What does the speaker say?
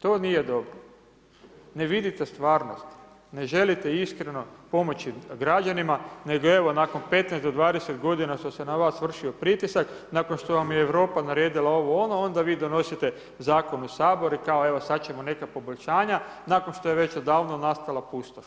To nije dobro, ne vidite stvarnost, ne želite iskreno pomoći građanima, nego evo nakon 15 do 20 godina što se na vas vršio pritisak, nakon što vam je Europa naredila ovo ono, onda vi donosite zakon u Saboru i kao evo sad ćemo neka poboljšanja nakon što je već odavno nastala pustoš,